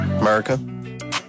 America